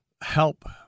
help